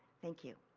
thank you.